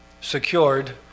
secured